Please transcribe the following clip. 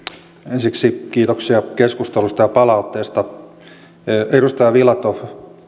ensiksi kiitoksia keskustelusta ja palautteesta edustaja filatov